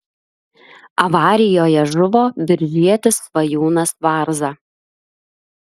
avarijoje žuvo biržietis svajūnas varza